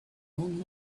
own